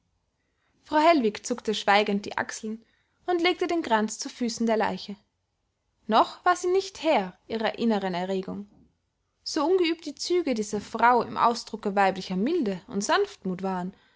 frau hellwig zuckte schweigend die achseln und legte den kranz zu füßen der leiche noch war sie nicht herr ihrer inneren erregung so ungeübt die züge dieser frau im ausdrucke weiblicher milde und sanftmut waren